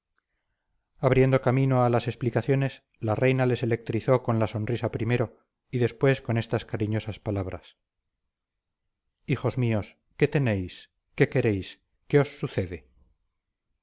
abriendo camino a las explicaciones la reina les electrizó con la sonrisa primero y después con estas cariñosas palabras hijos míos qué tenéis qué queréis qué os sucede